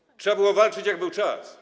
Trzeba było walczyć, jak był czas.